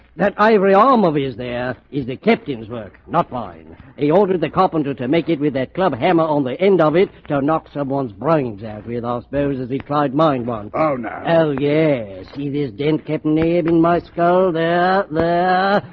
that ivory arm of is there is the captain's work not mine he ordered the carpenter to make it with their club ham ah on the end of it to knock someone's brains every those bears as he clyde mine one oh noel. yes see this dent kept needing my skull there there.